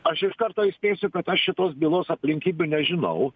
aš iš karto įspėsiu kad aš šitos bylos aplinkybių nežinau